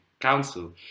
Council